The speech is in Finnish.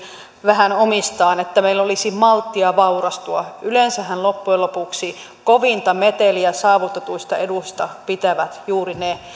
vähän omistaan että meillä olisi malttia vaurastua yleensähän loppujen lopuksi kovinta meteliä saavutetuista eduista pitävät juuri ne